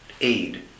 aid